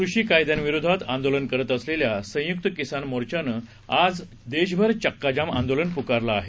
कृषीकायद्यांविरोधातआंदोलनकरतअसलेल्यासंयुककिसानमोर्चानंआजदेशभरचक्काजामआंदोलनपुकारलंआहे